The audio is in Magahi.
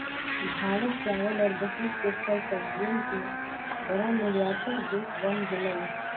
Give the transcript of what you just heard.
भारत चावल और बहुत से फल सब्जियन के बड़ा निर्यातक देश बन गेलय